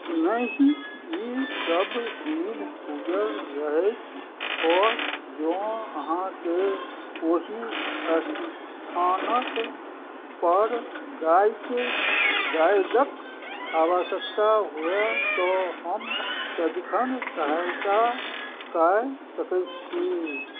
नहि ई सबदिन खुजल रहैत अछि जँ अहाँकेँ ओहि अस्थानक पर गाइक गाइडके आवश्यकता हुए तऽ हम सदिखन सहायता कै सकै छी